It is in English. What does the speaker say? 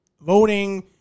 Voting